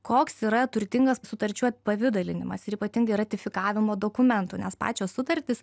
koks yra turtingas sutarčių apipavidalinimas ir ypatingai ratifikavimo dokumentų nes pačios sutartys